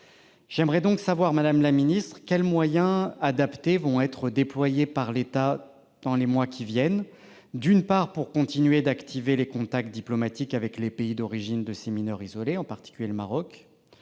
J'aimerais donc savoir, madame la secrétaire d'État, premièrement, quels moyens adaptés vont être déployés par l'État dans les mois qui viennent pour continuer d'activer les contacts diplomatiques avec les pays d'origine de ces mineurs isolés, en particulier le Maroc ;